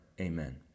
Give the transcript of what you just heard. Amen